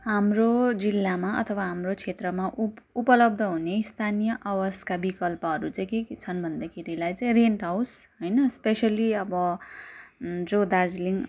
हाम्रो जिल्लामा अथवा हाम्रो क्षेत्रमा उप उपलब्ध हुने स्थानीय आवासका विकल्पहरू चाहिँ के के छन् भन्दाखेरिलाई चाहिँ रेन्ट हाउस होइन स्पेसियली अब जो दार्जिलिङ